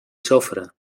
sofre